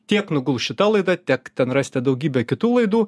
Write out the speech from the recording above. tiek nuguls šita laida tiek ten rasite daugybę kitų laidų